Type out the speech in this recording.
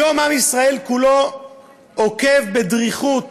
היום עם ישראל כולו עוקב בדריכות